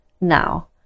now